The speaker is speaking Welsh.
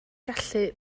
gallu